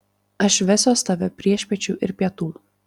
aš vesiuos tave priešpiečių ir pietų